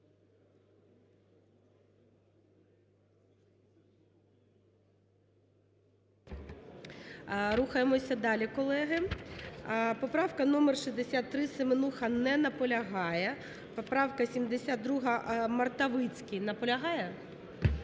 Рухаємося далі, колеги. Поправка номер 63, Семенуха. Не наполягає. Поправка 72, Мартовицький. Наполягає?